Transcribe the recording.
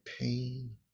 pain